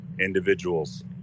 individuals